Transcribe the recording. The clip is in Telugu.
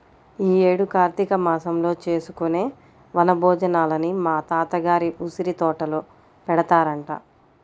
యీ యేడు కార్తీక మాసంలో చేసుకునే వన భోజనాలని మా తాత గారి ఉసిరితోటలో పెడతారంట